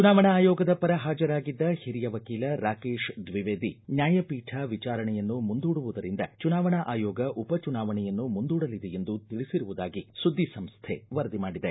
ಚುನಾವಣಾ ಆಯೋಗದ ಪರ ಹಾಜರಾಗಿದ್ದ ಹಿರಿಯ ವಕೀಲ ರಾಕೇಶ್ ದ್ವಿವೇದಿ ನ್ಯಾಯಪೀಠ ವಿಜಾರಣೆಯನ್ನು ಮುಂದೂಡುವುದರಿಂದ ಚುನಾವಣಾ ಅಯೋಗ ಉಪಚುನಾವಣೆಯನ್ನು ಮುಂದೂಡಲಿದೆ ಎಂದು ತಿಳಿಸಿರುವುದಾಗಿ ಸುದ್ದಿ ಸಂಸ್ಥೆ ವರದಿ ಮಾಡಿದೆ